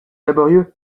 laborieux